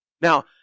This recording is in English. Now